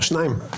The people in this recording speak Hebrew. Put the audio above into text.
שניים.